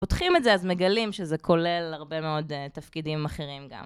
פותחים את זה אז מגלים שזה כולל הרבה מאוד תפקידים אחרים גם.